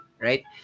right